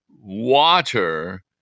water